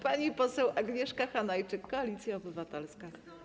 Pani poseł Agnieszka Hanajczyk, Koalicja Obywatelska.